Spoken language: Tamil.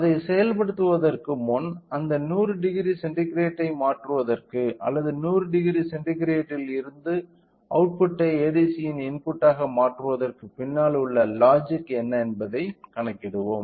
அதைச் செயல்படுத்துவதற்கு முன் அந்த 1000 சென்டிகிரேட்டை மாற்றுவதற்கு அல்லது 1000 சென்டிகிரேடில் இருந்து அவுட்புட்டை ADC இன் இன்புட்டாக மாற்றுவதற்கு பின்னால் உள்ள லாஜிக் என்ன என்பதைக் கணக்கிடுவோம்